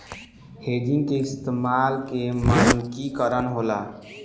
hedging के इस्तमाल के मानकी करण होला